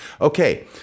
Okay